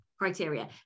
criteria